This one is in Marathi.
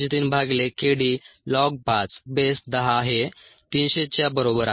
303 भागिले k d लॉग 5 बेस 10 हे 300 च्या बरोबर आहे